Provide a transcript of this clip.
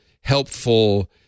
helpful